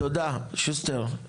תודה שוסטר.